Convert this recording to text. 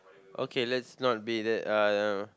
okay let's not be that uh